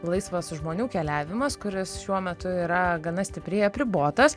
laisvas žmonių keliavimas kuris šiuo metu yra gana stipriai apribotas